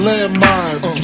Landmines